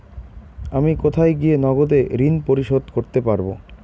আমি কোথায় গিয়ে নগদে ঋন পরিশোধ করতে পারবো?